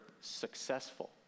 successful